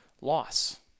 loss